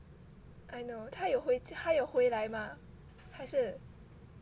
I know 他有他有回来吗还是